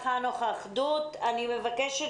אחדות, אני מבקשת